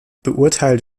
beurteilt